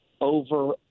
over